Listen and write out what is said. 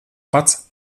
pats